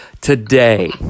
today